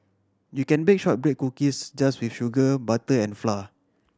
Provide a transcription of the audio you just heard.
you can bake shortbread cookies just with sugar butter and flour